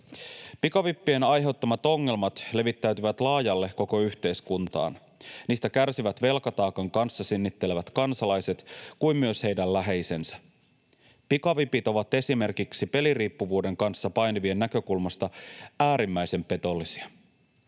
Pikavippien aiheuttamat ongelmat levittäytyvät laajalle koko yhteiskuntaan. Niistä kärsivät niin velkataakan kanssa sinnittelevät kansalaiset kuin myös heidän läheisensä. Pikavipit ovat esimerkiksi peliriippuvuuden kanssa painivien näkökulmasta äärimmäisen petollisia.